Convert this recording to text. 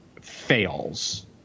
fails